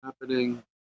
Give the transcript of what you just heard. happening